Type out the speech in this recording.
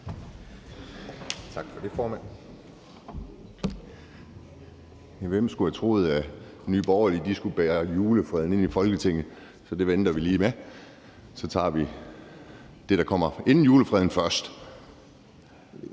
Tak for det, formand. Hvem skulle have troet, at Nye Borgerlige skulle bære julefreden ind i Folketinget? Det venter vi lige med, og så tager vi det, der kommer inden julefreden, først.